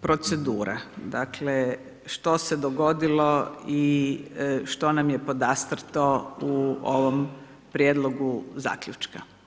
procedura, dakle, što se je dogodilo i što nam je podastrto u ovom prijedlogu zaključka.